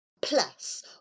Plus